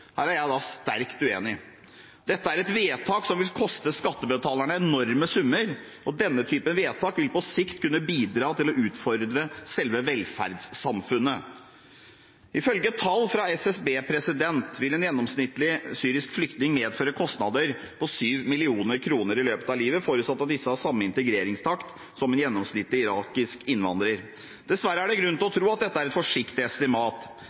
Her er jeg sterkt uenig. Dette er et vedtak som vil koste skattebetalerne enorme summer, og denne typen vedtak vil på sikt kunne bidra til å utfordre selve velferdssamfunnet. Ifølge tall fra SSB vil en gjennomsnittlig syrisk flyktning medføre kostnader på 7 mill. kr i løpet av livet, forutsatt at disse har samme integreringstakt som en gjennomsnittlig irakisk innvandrer. Dessverre er det grunn til å tro at dette er et forsiktig estimat.